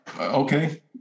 okay